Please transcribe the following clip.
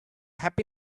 happy